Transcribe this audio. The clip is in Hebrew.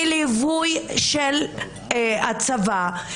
בליווי של הצבא,